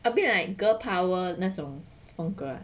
a bit like girl power 那种风格